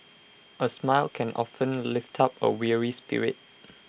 A smile can often lift up A weary spirit